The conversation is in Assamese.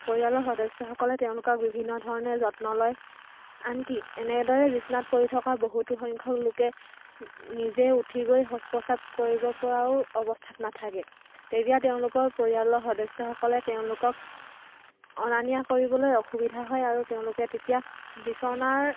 পৰিয়ালৰ সদস্যসকলে তেওঁলোকক বিভিন্ন ধৰণে যত্ন লয় আনকি এনেদৰে বিচনাত পৰি থকা বহুতো সংখ্যক লোকে নিজে উঠি গৈ শৌচ পচাৱ কৰিব পৰাও অৱস্থাত নাথাকে তেতিয়া তেওঁলোকৰ পৰিয়ালৰ সদস্যসকলে তেওঁলোকক অনা নিয়া কৰিবলৈ অসুবিধা হয় আৰু তেওঁলোকে তেতিয়া বিচনাৰ